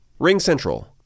RingCentral